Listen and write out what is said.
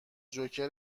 جوکر